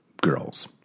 girls